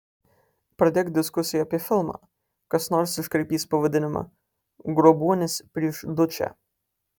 pradėk diskusiją apie filmą kas nors iškraipys pavadinimą grobuonis prieš dučę